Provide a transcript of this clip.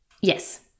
Yes